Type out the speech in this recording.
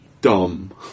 dumb